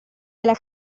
della